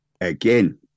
Again